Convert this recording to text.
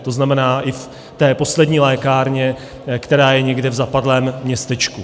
To znamená, i v té poslední lékárně, která je někde v zapadlém městečku.